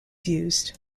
used